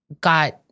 got